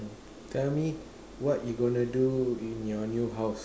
tell me what you gonna do in your new house